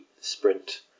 sprint